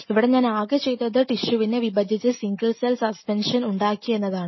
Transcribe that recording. ഇവിടെ ഞാൻ ആകെ ചെയ്തത് ടിഷ്യുവിനെ വിഭജിച്ചു സിംഗിൾ സെൽ സസ്പെൻഷൻ ഉണ്ടാക്കി എന്നതാണ്